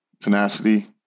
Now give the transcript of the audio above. tenacity